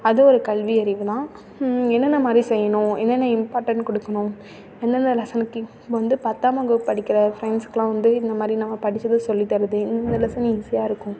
அது ஒரு கல்வி அறிவுன்னா என்னென்ன மாதிரி செய்யணும் என்னென்ன இம்பார்ட்டண்ட் கொடுக்கணும் எந்தெந்த லெஸனுக்கு இப்போ வந்து பத்தாம் வகுப்பு படிக்கிற ஃப்ரெண்ட்ஸ்க்கெல்லாம் வந்து இந்தமாதிரி நான் படித்தத சொல்லித் தர்றது இந்த லெஸன் ஈஸியாக இருக்கும்